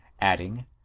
adding